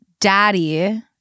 daddy